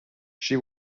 she